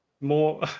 more